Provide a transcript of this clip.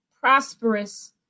prosperous